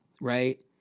right